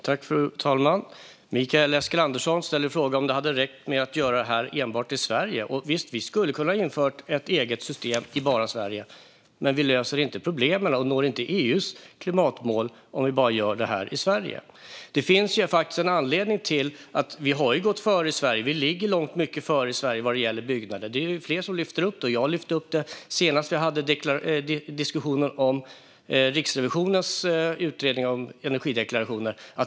Fru talman! Mikael Eskilandersson frågar om det hade räckt att göra detta enbart i Sverige. Visst skulle vi ha kunnat införa ett eget system i Sverige. Men vi löser inte problemen och når inte EU:s klimatmål om vi gör det bara här i Sverige. Vi har gått före i Sverige, och vi ligger långt före i Sverige vad gäller byggnader. Det är flera som lyfter fram det, och jag lyfte fram det senast som vi hade en diskussion om Riksrevisionens utredning om energideklarationer.